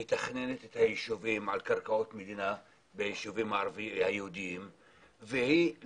היא מתכננת את היישובים על קרקעות מדינה ביישובים היהודיים ולא